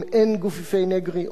אם אין גופיפי נגרי,